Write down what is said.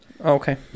Okay